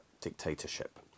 dictatorship